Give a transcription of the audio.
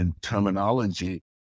terminology